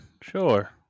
Sure